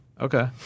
Okay